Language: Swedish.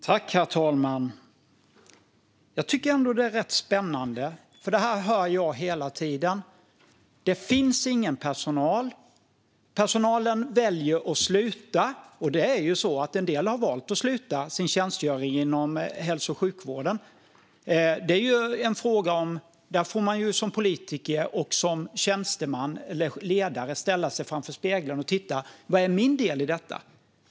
Herr talman! Jag tycker ändå att det är rätt spännande. Jag hör hela tiden: Det finns ingen personal. Personalen väljer att sluta. En del har valt att sluta sin tjänstgöring inom hälso och sjukvården. Det är en fråga där man som politiker och ledare får ställa sig framför spegeln och titta: Vad är min del i detta?